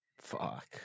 Fuck